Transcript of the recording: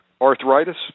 arthritis